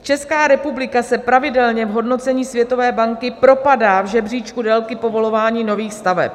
Česká republika se pravidelně v hodnocení Světové banky propadá v žebříčku délky povolování nových staveb.